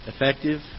effective